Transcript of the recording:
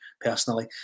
personally